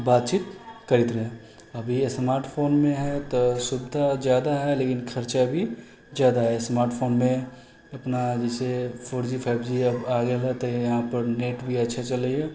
बातचीत करैत रहै अभी स्मार्टफोनमे हइ तऽ सुविधा जयादा हइ लेकिन खर्चा भी ज्यादा हइ स्मार्टफोनमे अपना जइसे फोर जी फाइव जी आबि गेलै तऽ यहाँपर नेट भी अच्छा चलैए